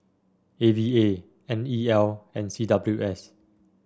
A V A N E L and C W S